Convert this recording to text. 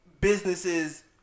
businesses